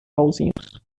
pauzinhos